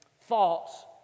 thoughts